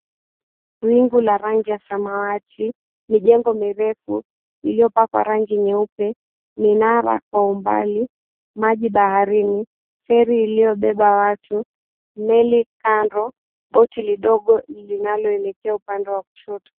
Wingu la rangi ya samawati, mijengo mirefu iliyopakwa rangi nyeupe, minara kwa umbali, maji baharini. Feri iliyobeba watu, meli kando boti lidogo linaloelekea upande wa kushoto.